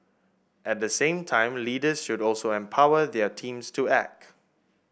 at the same time leaders should also empower their teams to act